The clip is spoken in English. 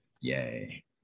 yay